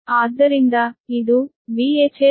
ಆದ್ದರಿಂದ ಇದು VHLVXLVAnVan